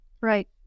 Right